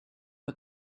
but